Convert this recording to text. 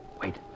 Wait